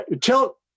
Tell